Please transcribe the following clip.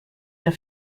der